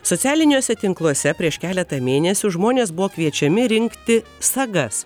socialiniuose tinkluose prieš keletą mėnesių žmonės buvo kviečiami rinkti sagas